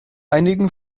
einigen